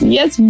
Yes